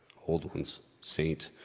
old ones, saint.